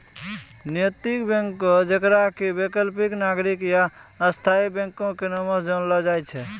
नैतिक बैंक जेकरा कि वैकल्पिक, नागरिक या स्थायी बैंको के नामो से जानलो जाय छै